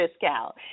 discount